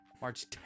March